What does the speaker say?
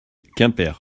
quimper